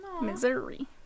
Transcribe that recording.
Missouri